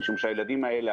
משום שהילדים האלה,